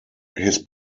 his